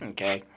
Okay